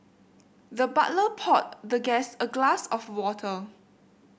the butler poured the guest a glass of water